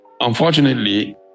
unfortunately